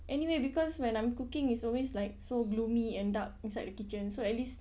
anyway because when I'm cooking is always like so gloomy and dark inside the kitchen so at least